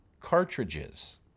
cartridges